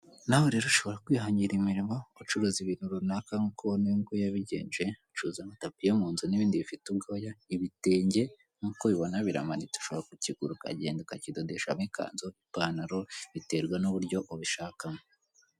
Nawe rero ushobora kwihangira imirimo ugucuruza ibintu runaka nk'uko ubona uyu nguyu yabigenje, ucuruza amatapiyo mu nzu n'ibindi bifite ubwoya, ibitenge nk'uko bibona biramanitse ushobora kukigura ukagenda akakidodeshamo ikanzu, ipantaro biterwa n'uburyo ubishakamo.